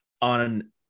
on